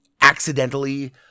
accidentally